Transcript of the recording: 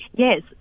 Yes